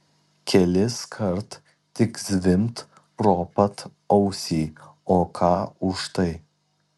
keliskart tik zvimbt pro pat ausį o ką už tai